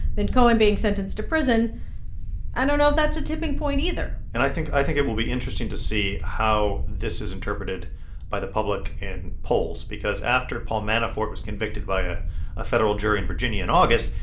then cohen being sentenced to prison i don't know if that's a tipping point either and i think i think it will be interesting to see how this is interpreted by the public in polls because after paul manafort was convicted by ah a federal jury in virginia in august,